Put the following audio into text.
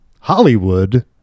Hollywood